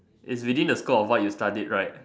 is within the scope of what you studied right